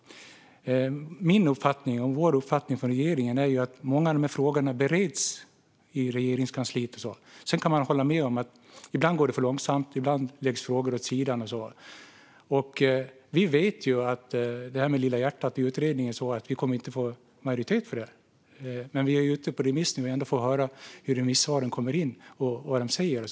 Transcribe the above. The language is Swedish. Min och regeringens uppfattning är att många av dessa frågor bereds i Regeringskansliet. Sedan kan jag hålla med om att det ibland går för långsamt och att frågor ibland läggs åt sidan. Vi vet ju att vi inte kommer att få majoritet för det här med utredningen kring "Lilla hjärtat" och så. Vi kan också räkna, så vi förstår det. Men utredningen är ute på remiss, så vi får höra vad remissvaren säger när de kommer in.